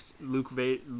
Luke